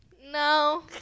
No